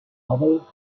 novel